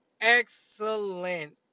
excellent